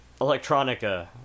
electronica